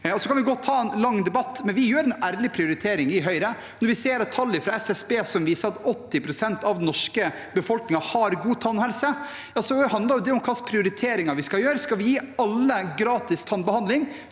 Vi kan godt ha en lang debatt, men i Høyre gjør vi en ærlig prioritering. Når vi ser tall fra SSB som viser at 80 pst. av den norske befolkningen har god tannhelse, handler det om hvilke prioriteringer vi skal gjøre. Skal vi gi alle gratis tannbehandling